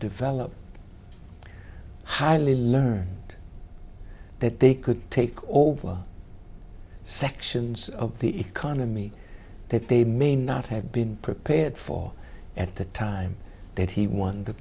develop highly learned that they could take over sections of the economy that they may not have been prepared for at the time that he won the